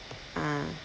ah